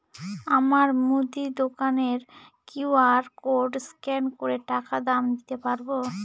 আমার মুদি দোকানের কিউ.আর কোড স্ক্যান করে টাকা দাম দিতে পারব?